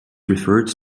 referred